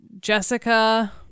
Jessica